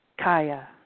Kaya